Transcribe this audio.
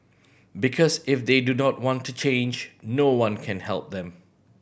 because if they do not want to change no one can help them